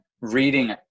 reading